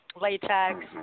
latex